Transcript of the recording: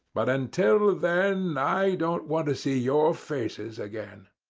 but until then i don't want to see your faces again.